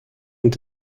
ont